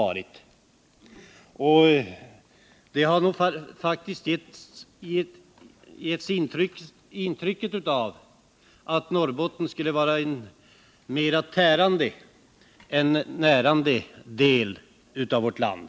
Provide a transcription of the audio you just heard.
Dessa diskussioner har närmast gett intrycket av att Norrbotten mer skulle vara en tärande än en närande del av vårt land.